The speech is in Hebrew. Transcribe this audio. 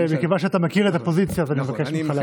ומכיוון שאתה מכיר את הפוזיציה אני מבקש ממך להקפיד.